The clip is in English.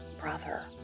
brother